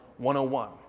101